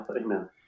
Amen